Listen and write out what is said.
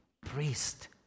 priest